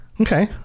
Okay